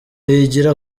yigira